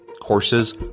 Courses